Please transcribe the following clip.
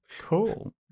Cool